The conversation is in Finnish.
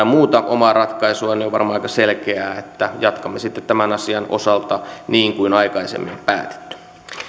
muuta omaa ratkaisuaan niin on varmaan aika selkeää että jatkamme tämän asian osalta niin kuin aikaisemmin on päätetty